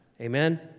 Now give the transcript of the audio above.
Amen